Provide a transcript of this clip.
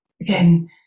Again